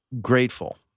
grateful